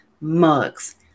mugs